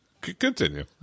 Continue